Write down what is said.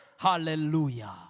Hallelujah